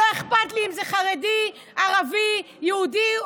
לא אכפת לי אם זה חרדי, ערבי, יהודי.